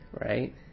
Right